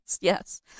yes